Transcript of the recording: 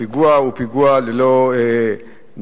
שהפיגוע הוא פיגוע ללא נפגעים.